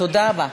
תודה רבה.